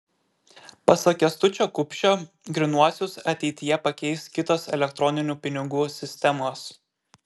pasak kęstučio kupšio grynuosius ateityje pakeis kitos elektroninių pinigų sistemos